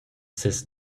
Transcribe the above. ses